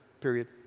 period